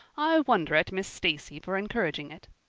i wonder at miss stacy for encouraging it.